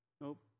Nope